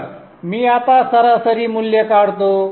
तर मी आता सरासरी मूल्य काढतो